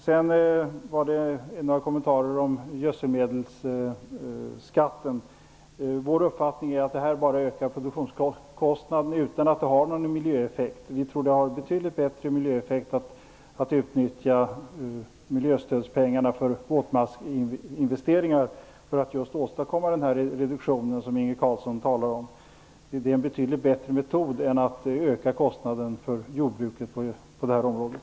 Sedan har jag några kommentarer om gödselmedelsskatten. Vår uppfattning är att denna bara ökar produktionskostnaden, utan att det har någon miljöeffekt. Vi tror att det har betydligt bättre miljöeffekt att utnyttja miljöstödspengarna för våtmarksinvesteringar. För att åstadkomma just den reduktion som Inge Carlsson talar om är det en betydligt bättre metod än att öka kostnaden för jordbruket på det här området.